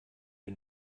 wir